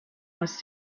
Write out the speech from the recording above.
was